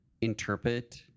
interpret